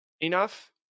Enough